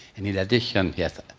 and, in addition, yes,